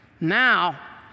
now